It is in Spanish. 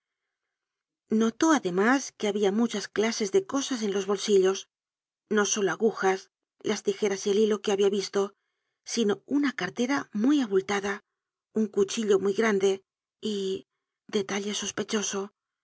at notó además que habia muchas clases de cosas en los bolsillos no solo las agujas las tijeras y el hilo que habia visto sino una cartera muy abultada un cuchillo muy grande ydetalle